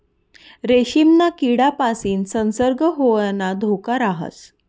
रेशीमना किडापासीन संसर्ग होवाना धोका राहस